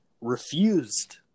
refused